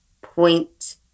point